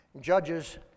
Judges